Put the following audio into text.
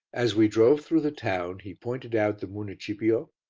as we drove through the town, he pointed out the municipio,